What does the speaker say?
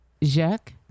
Jack